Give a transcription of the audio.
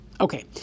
Okay